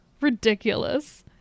Ridiculous